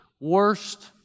worst